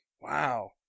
Wow